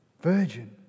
Virgin